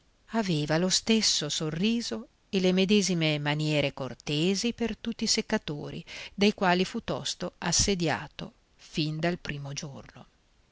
aveva lo stesso sorriso e le medesime maniere cortesi per tutti i seccatori dai quali fu tosto assediato fin dal primo giorno